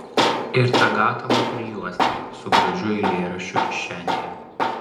ir tą gatavą prijuostę su gražiu eilėraščiu kišenėje